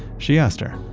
she asked her,